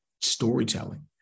storytelling